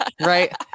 Right